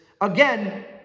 again